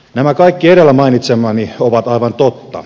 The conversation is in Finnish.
nämä kaikki edellä mainitsemani ovat aivan totta